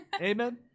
Amen